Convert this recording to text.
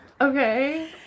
Okay